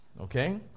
Okay